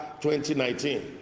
2019